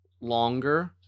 longer